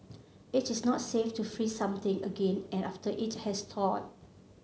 it is not safe to freeze something again and after it has thawed